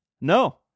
No